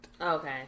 Okay